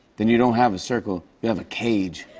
then you don't have a circle, you have a cage.